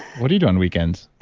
what do you do on weekends?